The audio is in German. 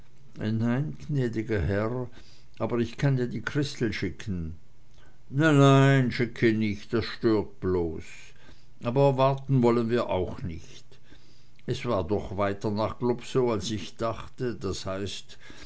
nein gnäd'ger herr aber ich kann ja die christel schicken nein nein schicke nicht das stört bloß aber warten wollen wir auch nicht es war doch weiter nach globsow als ich dachte das heißt